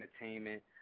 Entertainment